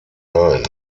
nein